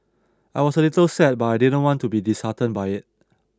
I was a little sad but I didn't want to be disheartened by it